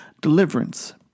deliverance